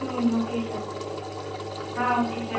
ம் okay sir ஆ okay sir